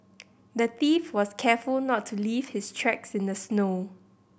the thief was careful not to leave his tracks in the snow